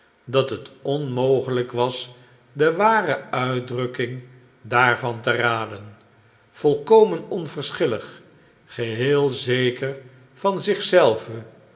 dat het onmogelijk was de ware uitdrukking daarvan te raden volkomen onverschillig geheel zeker van